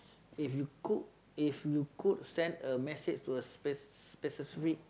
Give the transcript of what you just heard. if you could if you could send a message to a speci~ specific